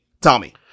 tommy